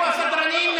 איפה הסדרנים?